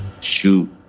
Shoot